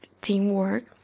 teamwork